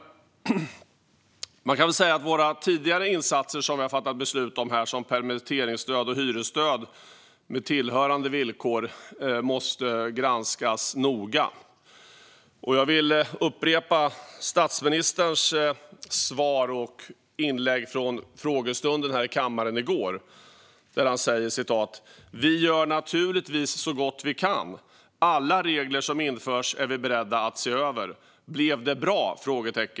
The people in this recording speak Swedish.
Man kan väl säga att de insatser som vi har fattat beslut om tidigare, till exempel permitteringsstöd och hyresstöd med tillhörande villkor, måste granskas noga. Jag vill upprepa statsministerns svar och inlägg från frågestunden här i kammaren i går, där han säger: "Vi gör naturligtvis så gott vi kan. Alla regler som införs är vi beredda att se över: Blev det bra?